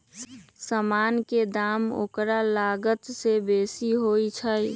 समान के दाम ओकर लागत से बेशी होइ छइ